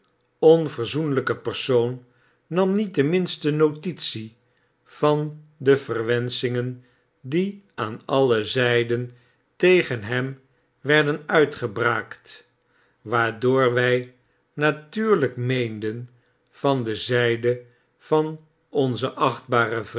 onverzoenipe persoon nam niet de minste notitie van de verwenschingendie van alle zijden tegen hem werden uitgebraakt waardoor wjj natuurljjk meenen van de zpe van onzen